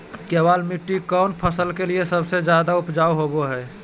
केबाल मिट्टी कौन फसल के लिए सबसे ज्यादा उपजाऊ होबो हय?